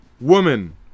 woman